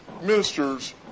ministers